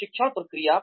प्रशिक्षण प्रक्रिया